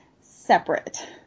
separate